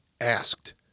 asked